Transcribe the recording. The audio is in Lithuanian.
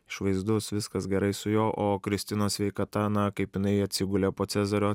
išvaizdus viskas gerai su juo o kristinos sveikata na kaip jinai atsigulė po cezario